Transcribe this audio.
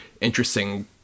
interesting